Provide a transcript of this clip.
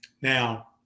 Now